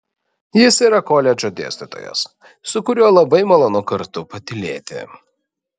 jis yra koledžo dėstytojas su kuriuo labai malonu kartu patylėti